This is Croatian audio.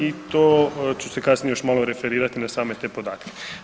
I to ću se kasnije još malo referirati na same te podatke.